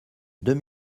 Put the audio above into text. deux